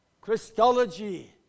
Christology